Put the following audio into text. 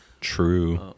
True